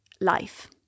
life